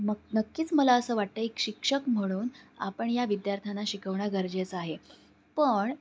मग नक्कीच मला असं वाटत आहे एक शिक्षक म्हणून आपण या विद्यार्थ्यांना शिकवणं गरजेचं आहे पण